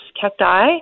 cacti